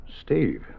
Steve